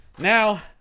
Now